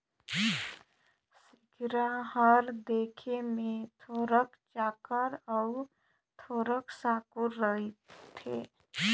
सिगहा हर देखे मे थोरोक चाकर अउ थोरोक साकुर रहथे